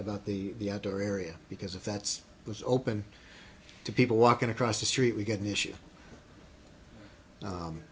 about the outdoor area because if that's was open to people walking across the street we get an issue